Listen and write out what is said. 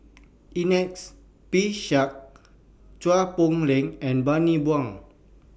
Ernest P Shanks Chua Poh Leng and Bani Buang